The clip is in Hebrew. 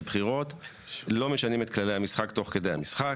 בחירות לא משנים את כללי המשחק תוך כדי המשחק.